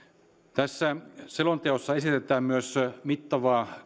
tässä selonteossa esitetään myös mittavaa